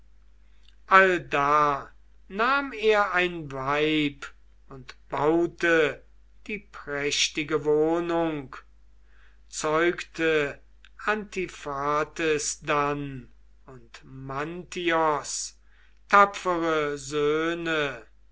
allda nahm er ein weib und baute die prächtige wohnung zeugte antiphates dann und mantios tapfere söhne